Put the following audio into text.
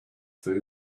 food